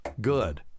Good